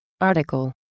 Article